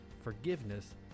forgiveness